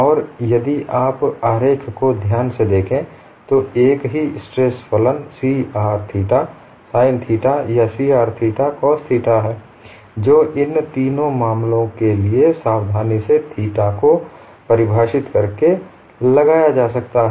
और यदि आप आरेख को ध्यान से देखें तो एक ही स्ट्रेस फलन C r theta sin theta या C r theta cos theta है जो इन तीनों मामलों के लिए सावधानी से थीटा को परिभाषित करके लगाया जा सकता है